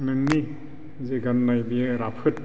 नोंनि जे गाननाय बेयो राफोद